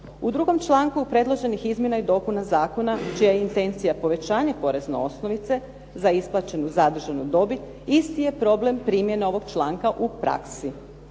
U drugom članku predloženih izmjena i dopuna zakona čija je intencija povećanje porezne osnovice za isplaćenu zadržanu dobit, isti je problem primjene ovoga članka u praksi.